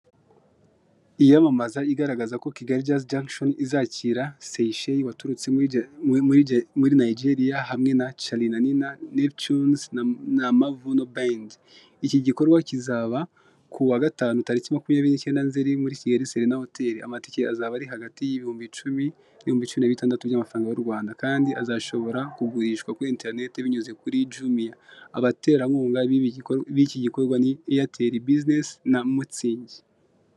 Gukoresha uburyo bwo hutimiza ibyo waguze bigira akamaro kanini cyane: harimo gukwirakwiza ibicuruzwa mu bice byose, harimo kongera ikoranabuhanga. Kuko gutumiza ibyo waguze, bifasha n'ikoranabuhanga nk'uburyo bwa telefoni cyangwa porogame, bigafasha abakiriya kumenya ibyo bakeneye nta mbogamizi. Kandi bishobora gushyigikira ubucuruzi bw'abakora ibintu bigiye bitandukanye, nk'uruge ro vuba. Waba ushaka amakuru arambuye ku kigo runaka cy'izi serivisi cyangwa uko bigenda? Hano turimo turabona uburyo ushobora kugura imyenda y'abagore, cyangwa se imyenda y'abana, ukoresheje ikoranabuhanga.